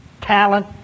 talent